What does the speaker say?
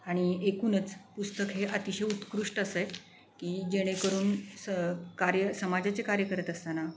आणि एकूणच पुस्तक हे अतिशय उत्कृष्ट असं आहे की जेणेकरून स कार्य समाजाचे कार्य करत असताना